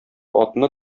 атны